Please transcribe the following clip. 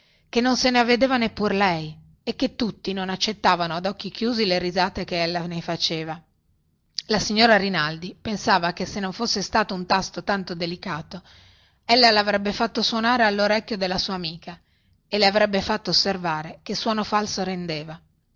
che non se ne avvedeva neppur lei e che tutti non accettavano ad occhi chiusi le risate che ella ne faceva la signora rinaldi pensava che se non fosse stato un tasto tanto delicato ella lavrebbe fatto suonare allorecchio della sua amica e le avrebbe fatto osservare che suono falso rendeva